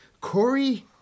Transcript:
Corey